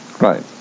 right